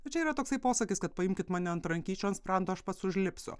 nu čia yra toksai posakis kad paimkit mane ant rankyčių ant sprando aš pats užlipsiu